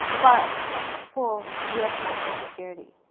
but for us national security.